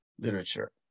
literature